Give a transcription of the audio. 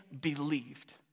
believed